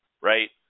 right